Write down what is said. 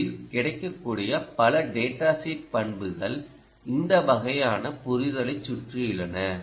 பொதுவில் கிடைக்கக்கூடிய பல டேடா ஷீட் பண்புகள் இந்த வகையான புரிதலைச் சுற்றியுள்ளன